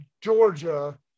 Georgia